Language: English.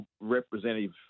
representative